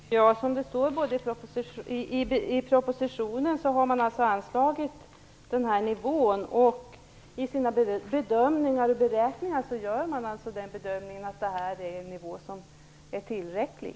Herr talman! Som det står i propositionen, har regeringen anslagit pengar på den här nivån. I sina beräkningar gör man alltså bedömningen att den nivån är tillräcklig.